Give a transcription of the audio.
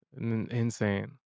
insane